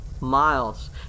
Miles